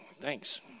Thanks